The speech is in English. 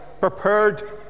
prepared